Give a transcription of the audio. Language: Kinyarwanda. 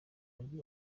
mujyi